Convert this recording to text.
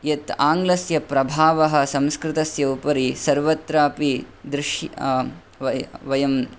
यत् आङ्ग्लस्य प्रभावः संस्कृतस्य उपरि सर्वत्रापि दृश्य् व वयम्